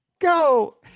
Go